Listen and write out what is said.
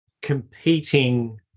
competing